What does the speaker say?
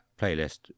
playlist